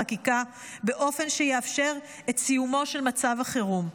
החקיקה באופן שיאפשר את סיומו של מצב החירום.